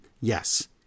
yes